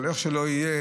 אבל איך שלא יהיה,